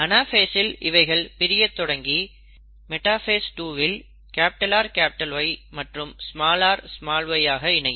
அனாஃபேஸ்சில் இவைகள் பிரியத் தொடங்கி மெடாஃபேஸ் 2 வில் RY மற்றும் ry ஆக இணையும்